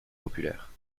populaire